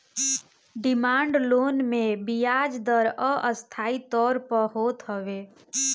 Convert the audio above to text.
demand loan मे बियाज दर अस्थाई तौर पअ होत हवे